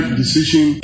decision